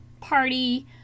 party